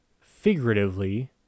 figuratively